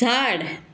झाड